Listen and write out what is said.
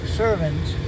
servants